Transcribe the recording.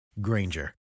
Granger